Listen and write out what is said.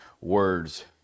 words